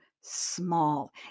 small